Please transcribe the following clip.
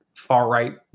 far-right